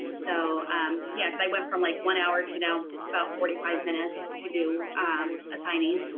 so um yeah because i went from like one hour to now about forty five minutes to do a signing.